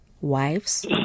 wives